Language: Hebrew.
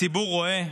הציבור רואה,